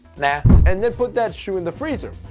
nah. and then put that shoe in the freezer.